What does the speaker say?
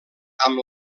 amb